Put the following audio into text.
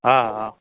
हा हा